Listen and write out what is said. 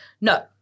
No